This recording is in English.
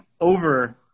over